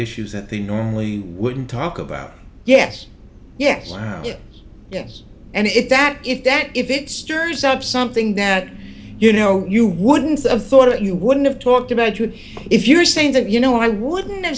issues that they normally wouldn't talk about yes yes yes yes and if that if that if it stirs up something that you know you wouldn't of thought it you wouldn't have talked about it if you're saying that you know i wouldn't have